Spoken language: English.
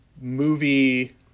movie